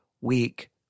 weak